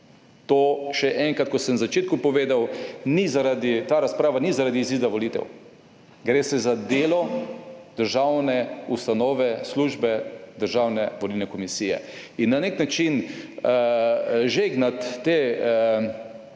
To še enkrat, kot sem na začetku povedal, ta razprava ni zaradi izida volitev. Gre se za delo državne ustanove, službe Državne volilne komisije. In na nek način žegnati te